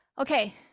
okay